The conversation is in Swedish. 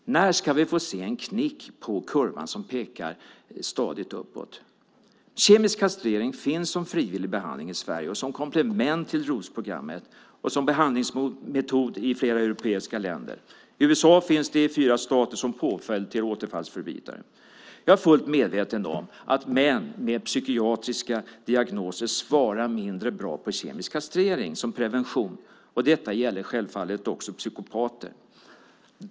När ska vi få se en knick på kurvan som pekar stadigt uppåt? Kemisk kastrering finns som frivillig behandling i Sverige och som komplement till ROS-programmet. Som behandlingsmetod finns den i flera europeiska länder. I USA finns den i fyra delstater som påföljd för återfallsförbrytare. Jag är fullt medveten om att män med psykiatriska diagnoser svarar mindre bra på kemisk kastrering som prevention; detta gäller självfallet också psykopater.